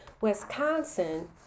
Wisconsin